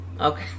Okay